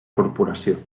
corporació